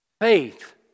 Faith